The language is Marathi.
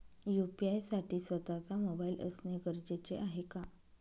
यू.पी.आय साठी स्वत:चा मोबाईल असणे गरजेचे आहे का?